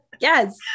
Yes